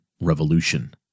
revolution